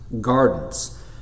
gardens